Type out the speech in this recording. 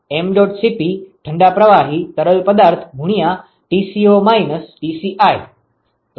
Mdot Cp ઠંડા પ્રવાહી તરલ પદાર્થ ગુણ્યા Tco minus Tci